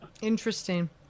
Interesting